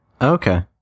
Okay